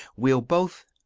we'll both.